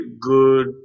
good